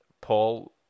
Paul